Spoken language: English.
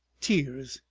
tears.